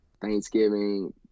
thanksgiving